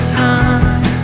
time